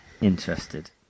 Interested